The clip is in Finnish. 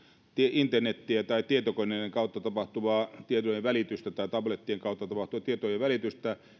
internetiä tai tietokoneiden kautta tapahtuvaa tietojen välitystä tai tablettien kautta tapahtuvaa tietojen välitystä